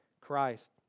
Christ